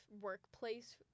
workplace